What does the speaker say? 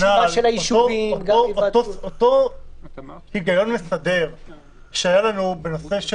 אותו הגיון מסדר שהיה לנו בנושא של